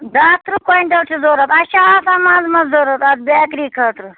دَہ ترٛہ کوینٹَل چھُ ضروٗرت اَسہِ چھُ آسان منٛزٕ منٛزٕ ضروٗرت اَتھ بیٚکری خٲطرٕ